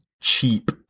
cheap